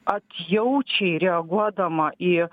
atjaučiai reaguodama į